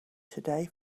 today